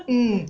mm